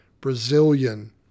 Brazilian